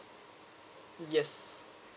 yes